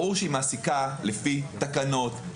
ברור שהיא מעסיקה לפי תקנות,